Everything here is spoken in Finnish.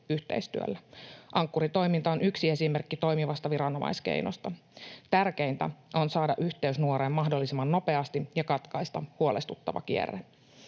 yhteistyöllä. Ankkuri-toiminta on yksi esimerkki toimivasta viranomaiskeinosta. Tärkeintä on saada yhteys nuoreen mahdollisimman nopeasti ja katkaista huolestuttava kierre.